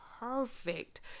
Perfect